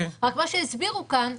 רק מה שהסבירו כאן,